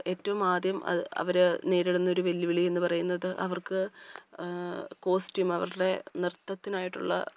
ഏറ്റവും ആദ്യം അവര് നേരിടുന്ന ഒരു വെല്ലുവിളിയെന്ന് പറയുന്നത് അവർക്ക് കോസ്റ്റ്യൂം അവരുടെ നൃത്തത്തിനായിട്ടുള്ള